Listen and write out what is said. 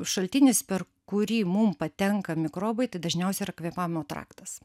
šaltinis per kurį mum patenka mikrobai tai dažniausiai yra kvėpavimo traktas